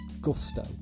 gusto